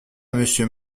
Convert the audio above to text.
monsieur